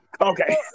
Okay